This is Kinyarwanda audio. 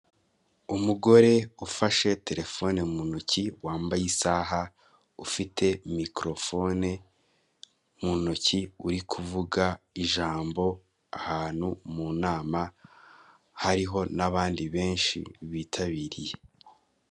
Abakozi bane ba emutiyene n'umuntu umwe uje gushaka serivisi, ku byapa bafite hariho amatelefone manini cyane agezweho, handitseho amagambo agira ati wikwisondeka, kanda akanyenyeri gatatu, kane gatanu, akanyenyeri zeru maze wihahire interineti nziza.